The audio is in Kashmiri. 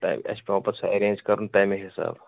تہ اَسہِ چھُ پیٚوان پَتہٕ سُہ ایٚرینج کَرُن تمے حساب